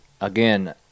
again